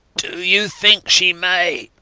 do you think she may?